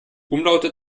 umlaute